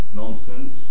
nonsense